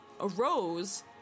arose